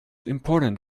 important